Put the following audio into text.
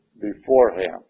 beforehand